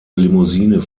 limousine